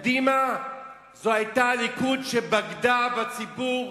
קדימה זו היתה הליכוד שבגדה בציבור,